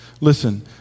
Listen